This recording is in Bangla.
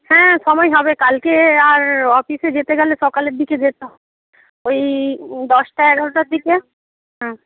হ্যাঁ সময় হবে কালকে আর অফিসে যেতে গেলে সকালের দিকে যেতে ওই দশটা এগারোটার দিকে হুম